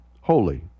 holy